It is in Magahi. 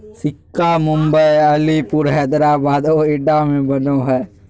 सिक्का मुम्बई, अलीपुर, हैदराबाद, नोएडा में बनो हइ